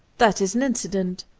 that is an incident,